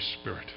Spirit